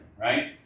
right